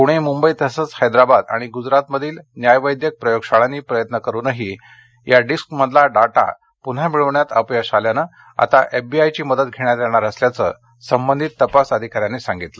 पुणे मुंबई तसंच हैदराबाद आणि गुजरातमधील न्यायवैद्यक प्रयोगशाळांनी प्रयत्न करूनही या हार्डडिस्कमधला डाटा पुन्हा मिळवण्यात अपयश आल्यानं आता एफबीआयची मदत घेण्यात येणार असल्याचं संबंधित तपास अधिकाऱ्यानं सांगितलं